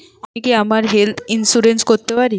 আমি কি আমার হেলথ ইন্সুরেন্স করতে পারি?